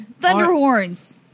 Thunderhorns